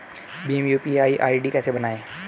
Bhim UPI ID कैसे बनाएं?